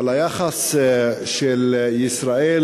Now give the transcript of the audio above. על היחס של ישראל